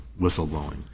whistleblowing